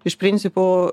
iš principo